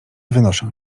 wynoszę